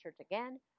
again